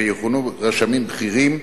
שיכונו "רשמים בכירים",